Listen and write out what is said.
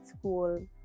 school